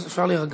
אז אפשר להירגע.